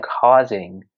causing